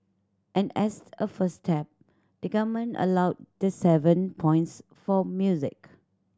and as a first step the Government allowed the seven points for music